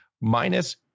minus